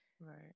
right